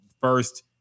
first